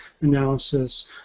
analysis